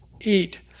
eat